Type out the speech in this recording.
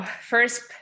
first